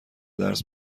درس